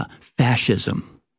Fascism